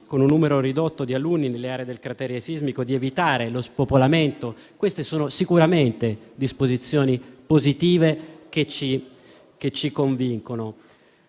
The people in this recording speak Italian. con un numero ridotto di alunni nelle aree del cratere sismico di evitare lo spopolamento, queste sono sicuramente disposizioni positive, che ci convincono.